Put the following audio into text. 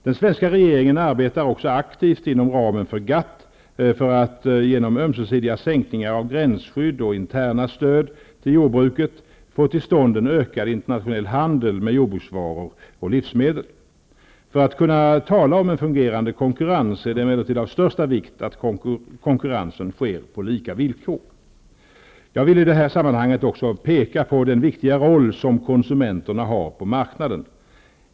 Den svenska regeringen arbetar också aktivt inom ramen för GATT för att genom ömsesidiga sänkningar av gränsskydd och interna stöd till jordbruket få till stånd en ökad internationell handel med jordbruksråvaror och livsme del. För att kunna tala om en fungerande konkurrens är det emellertid av största vikt att konkurrensen sker på lika villkor. Jag vill i det här sammanhanget också peka på den viktiga roll som konsu menterna har på marknaden.